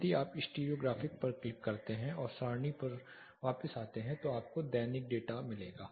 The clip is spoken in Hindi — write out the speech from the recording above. यदि आप केवल स्टीरियोग्राफिक पर क्लिक करते हैं और सारणी पर वापस आते हैं तो आपको दैनिक डेटा मिलेगा